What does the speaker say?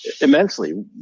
immensely